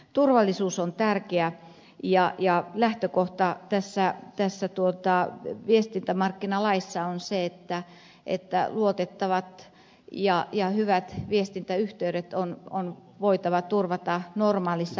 turvallisuus on tärkeää ja lähtökohta tässä viestintämarkkinalaissa on se että luotettavat ja hyvät viestintäyhteydet on voitava turvata normaaleissa häiriötilanteissa